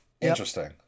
Interesting